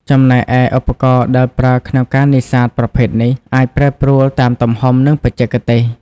ចំណែកឯ ឧបករណ៍ដែលប្រើក្នុងការនេសាទប្រភេទនេះ អាចប្រែប្រួលតាមទំហំ និងបច្ចេកទេស។